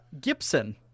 Gibson